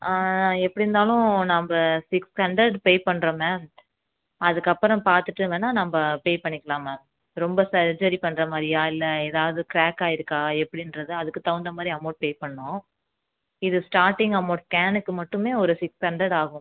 எப்படி இருந்தாலும் நம்ப சிக்ஸ் ஹண்ட்ரட் பே பண்ணுறோ மேம் அதுக்கப்புறம் பார்த்துட்டு வேணால் நம்ம பே பண்ணிக்கலாம் மேம் ரொம்ப சர்ஜரி பண்ணுற மாதிரியா இல்லை ஏதாவது க்ராக் ஆகிருக்கா எப்படின்றது அதுக்குத் தகுந்த மாதிரி அமௌண்ட் பே பண்ணனும் இது ஸ்டார்டிங் அமௌண்ட் ஸ்கேனுக்கு மட்டுமே ஒரு சிக்ஸ் ஹண்ட்ரட் ஆகும் மேம்